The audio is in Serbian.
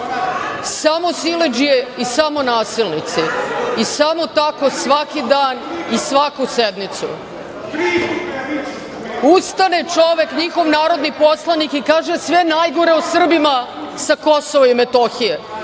Samo siledžije i samo nasilnici i samo tako svaki dan i svaku sednicu. Ustane čovek, njihov narodni poslanik i kaže sve najgore o Srbima sa Kosova i Metohije,